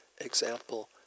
example